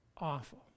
awful